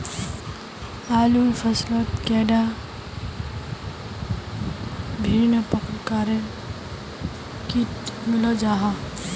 आलूर फसलोत कैडा भिन्न प्रकारेर किट मिलोहो जाहा?